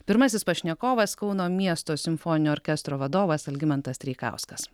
pirmasis pašnekovas kauno miesto simfoninio orkestro vadovas algimantas treikauskas